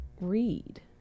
read